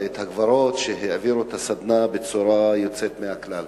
ואת הגברות שהעבירו את הסדנה בצורה יוצאת מן הכלל.